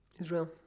Israel